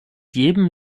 jedem